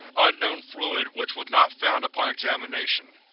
unknown fluid which was not found upon examination.